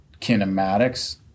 kinematics –